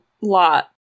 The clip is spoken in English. lot